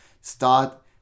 start